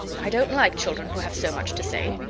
i don't like children who have so much to say.